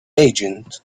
agent